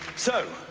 so,